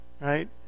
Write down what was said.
Right